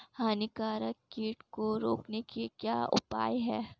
हानिकारक कीट को रोकने के क्या उपाय हैं?